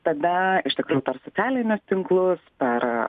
tada iš tikrųjų per socialinius tinklus per